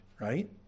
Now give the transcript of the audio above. right